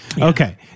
Okay